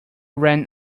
ran